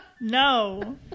No